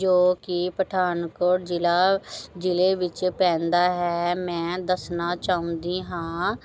ਜੋ ਕਿ ਪਠਾਨਕੋਟ ਜ਼ਿਲ੍ਹਾ ਜ਼ਿਲ੍ਹੇ ਵਿੱਚ ਪੈਂਦਾ ਹੈ ਮੈਂ ਦੱਸਣਾ ਚਾਹੁੰਦੀ ਹਾਂ